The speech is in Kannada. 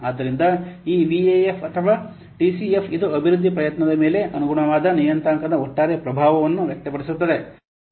ಆದ್ದರಿಂದ ಈ ವಿಎಎಫ್ ಅಥವಾ ಈ ಟಿಸಿಎಫ್ ಇದು ಅಭಿವೃದ್ಧಿ ಪ್ರಯತ್ನದ ಮೇಲೆ ಅನುಗುಣವಾದ ನಿಯತಾಂಕದ ಒಟ್ಟಾರೆ ಪ್ರಭಾವವನ್ನು ವ್ಯಕ್ತಪಡಿಸುತ್ತದೆ